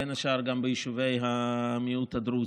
בין השאר ביישובי המיעוט הדרוזי.